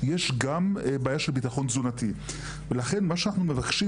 יש גם בעיה של ביטחון תזונתי ולכן מה שאנחנו מבקשים,